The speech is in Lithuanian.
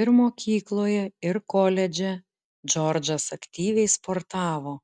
ir mokykloje ir koledže džordžas aktyviai sportavo